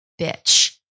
bitch